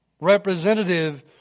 Representative